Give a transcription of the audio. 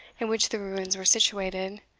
in which the ruins were situated,